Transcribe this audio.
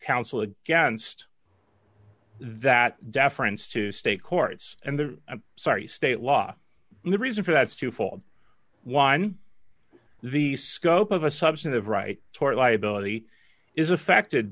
counsel against that deference to state courts and the i'm sorry state law and the reason for that is to fall one the scope of a substantive right tort liability is affected